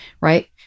right